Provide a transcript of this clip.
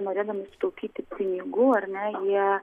norėdami sutaupyti pinigų ar ne jie